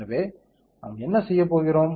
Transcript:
எனவே நாம் என்ன செய்யப் போகிறோம்